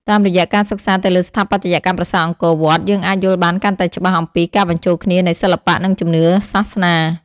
តាមរយៈការសិក្សាទៅលើស្ថាបត្យកម្មប្រាសាទអង្គរវត្ត យើងអាចយល់បានកាន់តែច្បាស់អំពីការបញ្ចូលគ្នានៃសិល្បៈនិងជំនឿសាសនា។